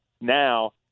now